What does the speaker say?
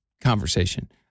conversation